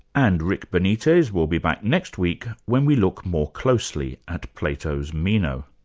and rick benitez will be back next week when we look more closely at plato's meno.